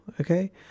okay